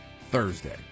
Thursday